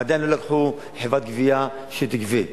הם עדיין לא לקחו חברת גבייה שתגבה,